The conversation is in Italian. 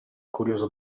curioso